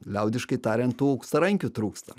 liaudiškai tariant tų auksarankių trūksta